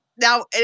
Now